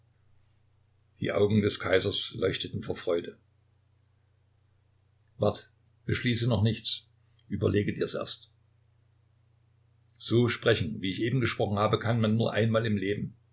die augen des kaisers leuchteten vor freude wart beschließe noch nichts überlege dir's erst so sprechen wie ich eben gesprochen habe kann man nur einmal im leben